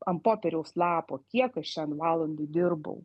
ant popieriaus lapo kiek aš šiandien valandų dirbau